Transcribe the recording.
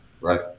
right